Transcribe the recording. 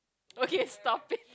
okay stop it